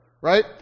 right